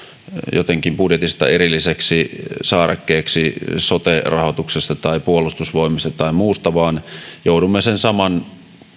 jotenkin budjetista erilliseksi saarekkeeksi sote rahoituksesta tai puolustusvoimista tai muusta vaan joudumme sen saman